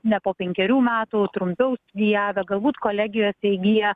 ne po penkerių metų trumpiau studijavę galbūt kolegijose įgiję